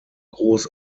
groß